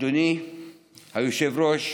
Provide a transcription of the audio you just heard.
אדוני היושב-ראש,